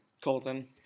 Colton